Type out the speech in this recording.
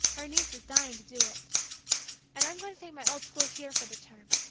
her niece is dying to do it and i'm going to take my old school here for the term.